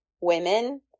women